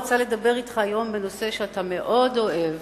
רוצה לדבר אתך היום בנושא שאתה מאוד אוהב: